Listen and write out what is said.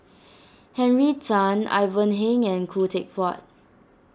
Henry Tan Ivan Heng and Khoo Teck Puat